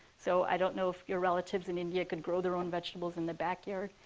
so i don't know if your relatives in india could grow their own vegetables in the backyard.